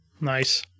Nice